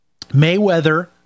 Mayweather